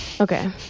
okay